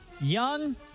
young